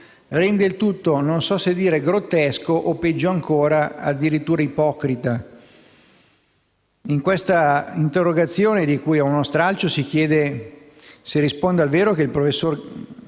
rende il tutto non so se dire grottesco o, peggio ancora, addirittura ipocrita. In questa interrogazione, di cui ho uno stralcio, si chiede se risponde al vero che il professor